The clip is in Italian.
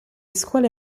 scuole